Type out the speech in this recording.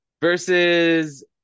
versus